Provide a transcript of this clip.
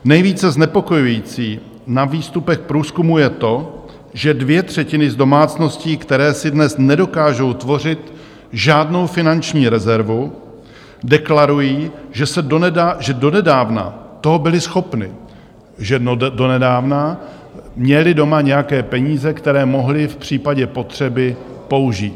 Nejvíce znepokojující na výstupech průzkumu je to, že dvě třetiny z domácností, které si dnes nedokážou tvořit žádnou finanční rezervu, deklarují, že donedávna toho byly schopny, že donedávna měly doma nějaké peníze, které mohly v případě potřeby použít.